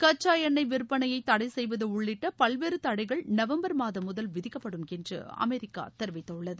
கச்சா எண்ணெய் விற்பனையை தடை செய்வது உள்ளிட்ட பல்வேறு தடைகள் நவம்பர் மாதம் முதல் விதிக்கப்படும் என்று அமெரிக்கா தெரிவித்துள்ளது